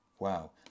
Wow